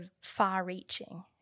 far-reaching